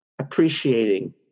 appreciating